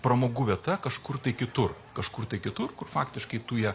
pramogų vieta kažkur kitur kažkur kitur kur faktiškai tu ją